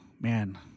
Man